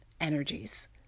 energies